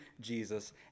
Jesus